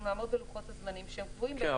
נעמוד בלוחות הזמנים שהם קבועים --- כן,